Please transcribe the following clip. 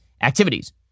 activities